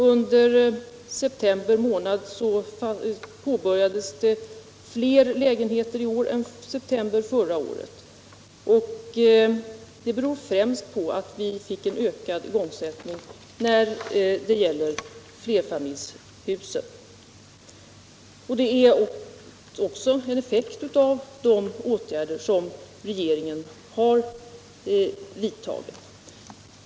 Under september månad i år påbörjades byggandet av fler lägenheter än under samma månad förra året. Detta beror främst på att vi fick en ökad igångsättning när det gäller byggande av flerfamiljshus. Det är också en effekt av de åtgärder som regeringen har vidtagit.